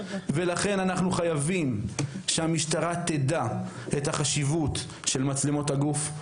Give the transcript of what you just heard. לכן אנחנו חייבים שהמשטרה תדע את החשיבות של מצלמות הגוף,